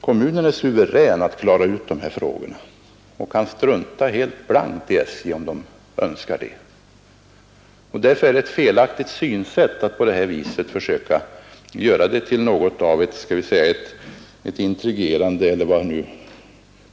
Kommunen är suverän att besluta i dessa frågor.